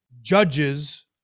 judges